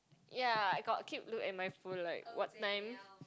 ya I got keep look at my phone like what time